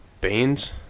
Baines